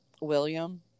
William